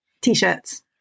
t-shirts